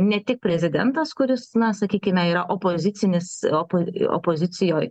ne tik prezidentas kuris na sakykime yra opozicinis opa opozicijoj